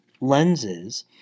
lenses